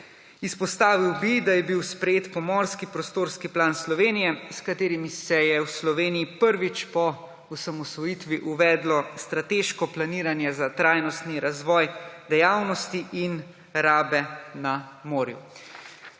Izpostavil bi, da je bil sprejet Pomorski prostorski plan Slovenije, s katerim se je v Sloveniji prvič po osamosvojitvi uvedlo strateško planiranje za trajnostni razvoj dejavnosti in rabe na morju.